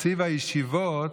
עכשיו, הישיבות, כל תקציב הישיבות